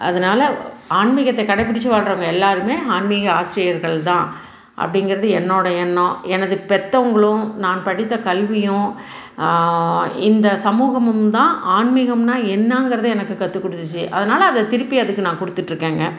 அதனால் ஆன்மீகத்தை கடைப்பிடிச்சு வாழ்கிறவங்க எல்லாருமே ஆன்மீக ஆசிரியர்கள் தான் அப்படிங்கிறது என்னோடய என்ணம் எனது பெற்றவங்களும் நான் படித்த கல்வியும் இந்த சமூகமும் தான் ஆன்மீகம்னால் என்னங்கிறத எனக்கு கற்று கொடுத்துச்சு அதனால் அது திருப்பி அதுக்கு நான் கொடுத்துட்டு இருக்கேங்க